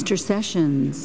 intersession